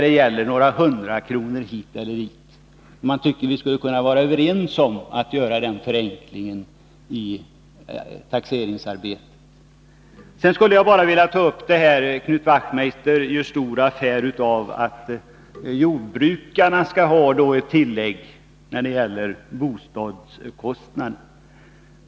Det gäller några hundralappar hit eller dit. Vi borde kunna vara överens om den förenklingen i taxeringsarbetet. Knut Wachtmeister gör stor affär av det här med att jordbrukarna får ett tillägg när det gäller bostadskostnaden.